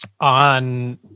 on